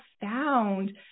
found